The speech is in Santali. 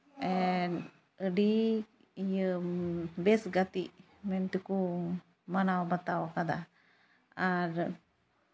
ᱟᱹᱰᱤ ᱤᱭᱟᱹ ᱵᱮᱥ ᱜᱟᱛᱮᱜ ᱢᱮᱱ ᱛᱮᱠᱚ ᱢᱟᱱᱟᱣ ᱵᱟᱛᱟᱣ ᱟᱠᱟᱫᱟ ᱟᱨ